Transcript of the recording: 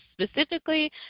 specifically